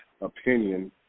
opinion